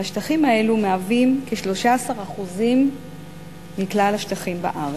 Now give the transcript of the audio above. והשטחים האלה מהווים כ-13% מכלל השטחים בארץ.